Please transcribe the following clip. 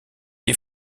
des